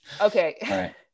Okay